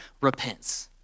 repents